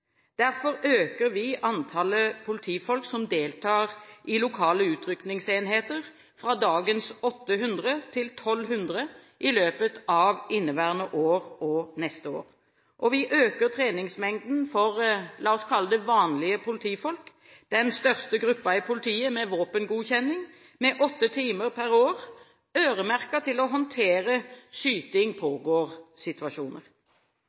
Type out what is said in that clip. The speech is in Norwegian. Derfor øker vi antallet politifolk som deltar i lokale utrykningsenheter, fra dagens 800 til 1 200 i løpet av inneværende år og neste år. Og vi øker treningsmengden for, la oss kalle det, vanlige politifolk – den største gruppen i politiet med våpengodkjenning – med åtte timer per år, øremerket til å håndtere